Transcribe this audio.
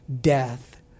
death